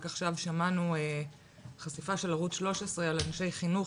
רק עכשיו שמענו על חשיפה של אנשי רשת 13 על אנשי חינוך,